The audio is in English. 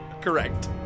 correct